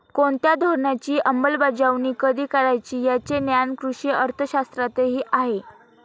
कोणत्या धोरणाची अंमलबजावणी कधी करायची याचे ज्ञान कृषी अर्थशास्त्रातही आहे